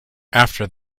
after